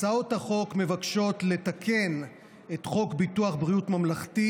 הצעות החוק מבקשות לתקן את חוק ביטוח בריאות ממלכתי